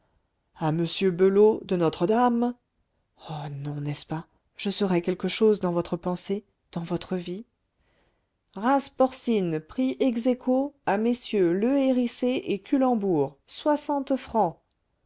à m belot de notre-dame oh non n'est-ce pas je serai quelque chose dans votre pensée dans votre vie race porcine prix ex aequo à mm lehérissé et cullembourg soixante francs